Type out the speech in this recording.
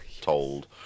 told